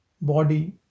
body